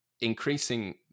increasing